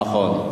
נכון.